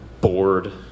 bored